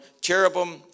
cherubim